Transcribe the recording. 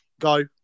Go